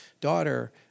daughter